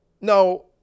No